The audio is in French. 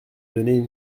donner